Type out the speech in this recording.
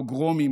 פוגרומים,